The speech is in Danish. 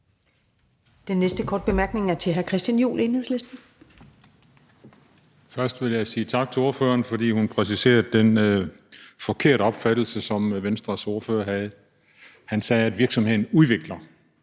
Den næste korte bemærkning er til hr. Christian Juhl, Enhedslisten. Kl. 14:15 Christian Juhl (EL): Først vil jeg sige tak til ordføreren, fordi hun præciserede den forkerte opfattelse, som Venstres ordfører havde. Han sagde, at virksomheden udvikler.